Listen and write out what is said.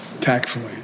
tactfully